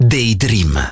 Daydream